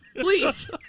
Please